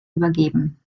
übergeben